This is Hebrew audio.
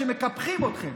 שמקפחים אתכם.